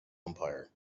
umpire